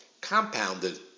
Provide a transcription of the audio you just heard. compounded